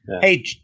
Hey